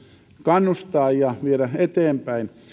kannustaa ja viedä eteenpäin